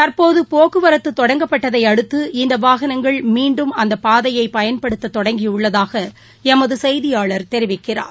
தற்போதபோக்குவரத்ததொடங்கப்பட்டதைஅடுத்து இந்தவாகனங்கள் மீண்டும் அந்தபாதையைபயன்படுத்ததொடங்கியுள்ளதாகஎமதுசெய்தியாளர் தெரிவிக்கிறார்